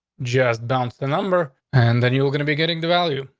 just bounced the number, and then you're gonna be getting the value.